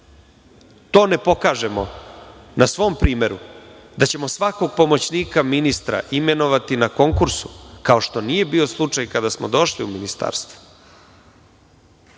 to ne pokažemo na svom primeru da ćemo svakog pomoćnika ministra imenovati na konkursu, kao što nije bio slučaj kada smo došli u ministarstvo,